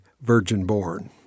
virgin-born